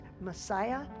Messiah